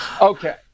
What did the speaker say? Okay